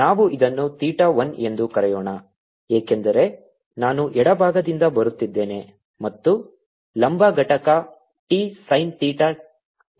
ನಾವು ಇದನ್ನು ಥೀಟಾ 1 ಎಂದು ಕರೆಯೋಣ ಏಕೆಂದರೆ ನಾನು ಎಡಭಾಗದಿಂದ ಬರುತ್ತಿದ್ದೇನೆ ಮತ್ತು ಲಂಬ ಘಟಕ t ಸೈನ್ ಥೀಟಾ 1